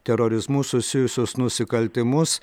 terorizmu susijusius nusikaltimus